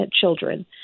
children